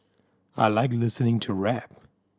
I like listening to rap